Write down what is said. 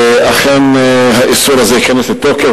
ואכן האיסור הזה ייכנס לתוקף.